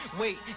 Wait